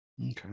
Okay